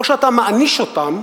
או שאתה מעניש אותם,